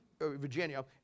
Virginia